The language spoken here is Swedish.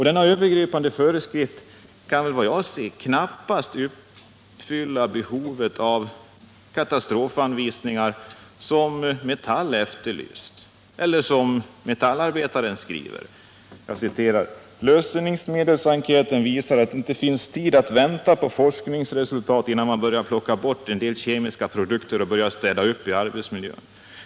Dessa övergripande föreskrifter kan, vad jag kan se, knappast uppfylla behovet av sådana katastrofanvisningar som Metall efterlyst. Eller som Metallarbetaren skriver: ”Lösningsmedelsenkäten visar att det inte finns tid att vänta på forskningsresultat innan man börjar plocka bort en del kemiska produkter och börjar städa upp i arbetsmiljön.